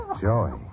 joy